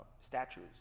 statues